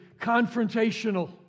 confrontational